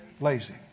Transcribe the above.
lazy